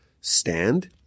stand